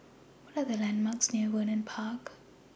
What Are The landmarks near Vernon Park